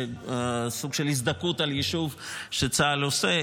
סוג של הזדכות על יישוב שצה"ל עושה,